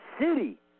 city